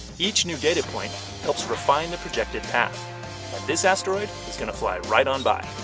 each new data point helps refine the projected path, and this asteroid is gonna fly right on by.